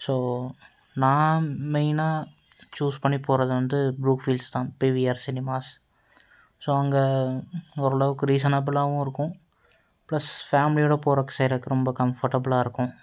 so நான் மெயினாக choose பண்ணி போகிறது வந்து ப்ரூக்ஃபீல்ட்ஸ் தான் P V R cinemas so அங்கே ஓரளவுக்கு ரீசனபிளாவும் இருக்கும் பிளஸ் ஃபேம்லியோட போறதுக்கு செய்றதுக்கு ரொம்ப கம்ஃபர்டபிளா இருக்கும்